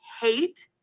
hate